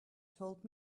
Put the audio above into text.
told